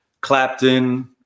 Clapton